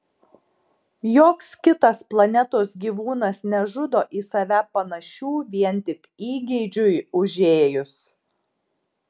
joks kitas planetos gyvūnas nežudo į save panašių vien tik įgeidžiui užėjus